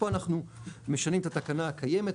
פה אנחנו משנים את התקנה הקיימת,